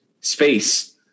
space